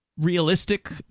realistic